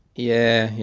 yeah, yeah.